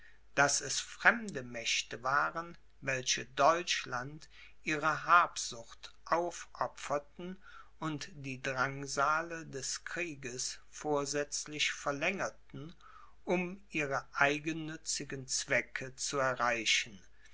daß es fremde mächte waren welche deutschland ihrer habsucht aufopferten und die drangsale des krieges vorsätzlich verlängerten um ihre eigennützigen zwecke zu erreichen